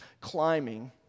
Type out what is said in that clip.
climbing